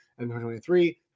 2023